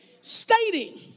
Stating